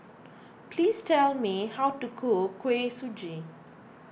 please tell me how to cook Kuih Suji